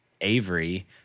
avery